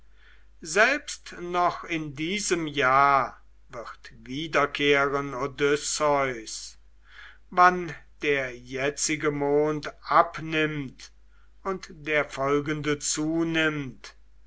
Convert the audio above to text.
selbst noch in diesem jahre wird wiederkehren odysseus wann der jetzige mond abnimmt und der folgende zunimmt